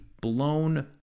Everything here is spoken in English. blown